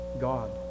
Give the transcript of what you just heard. God